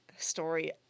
Story